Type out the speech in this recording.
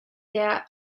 der